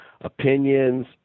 opinions